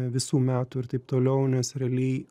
visų metų ir taip toliau nes realiai